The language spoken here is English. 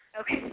Okay